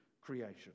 creation